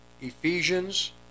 Ephesians